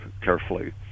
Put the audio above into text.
carefully